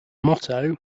motto